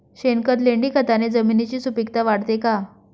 शेणखत, लेंडीखताने जमिनीची सुपिकता वाढते का?